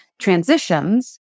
transitions